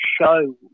show